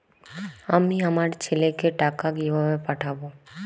আমি আমার ছেলেকে টাকা কিভাবে পাঠাব?